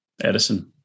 Edison